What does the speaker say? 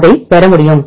அதைப் பெற முடியும்